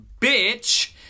bitch